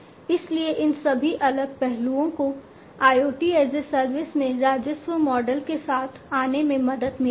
इसलिए इन सभी अलग पहलुओं को IoT एज ए सर्विस में राजस्व मॉडल के साथ आने में मदद मिलेगी